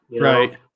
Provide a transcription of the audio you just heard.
Right